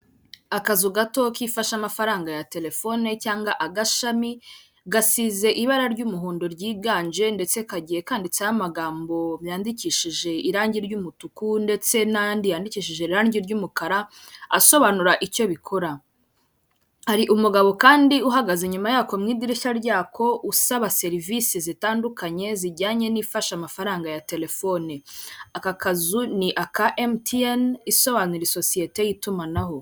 Akazu gato kifasha amafaranga ya telefoni cyangwa agashami gasize ibara ry'umuhondo ryiganje ndetse kagiye kanditseho amagambo yandikishije irangi ry'umutuku ndetse n'andi yandikishije irangi ry'umukara asobanura icyo bikora. Hari umugabo kandi uhagaze inyuma yako mu idirishya ryako usaba serivisi zitandukanye zijyanye n'ifasha amafaranga ya telefoni aka kazu ni aka emutiyeni isobanura isosiyete y'itumanaho.